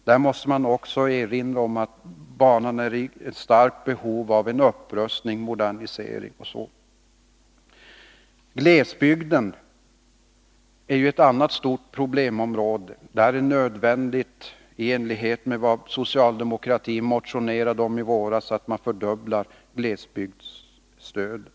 Här måste man också erinra om att banan är i ett starkt behov av upprustning och modernisering. Glesbygden är ett annat stort problemområde. Såsom vi inom socialdemokratin motionerade om i våras är det nödvändigt att man fördubblar glesbygdsstödet.